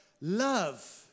love